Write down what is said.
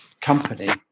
company